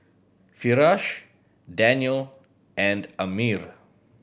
Firash Daniel and Ammir